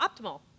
optimal